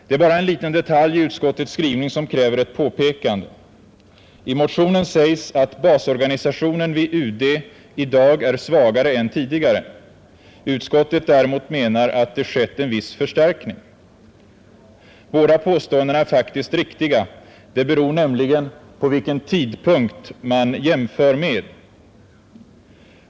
Det är bara en liten detalj i utskottets skrivning som kräver ett påpekande. I motionen sägs att basorganisationen vid UD i dag är svagare än tidigare. Utskottet däremot menar att det skett en viss förstärkning. Båda påståendena är faktiskt riktiga — det beror nämligen på vilken tidpunkt man jämför med.